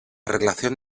relación